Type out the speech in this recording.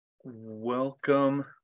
welcome